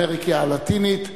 אמריקה הלטינית,